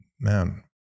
man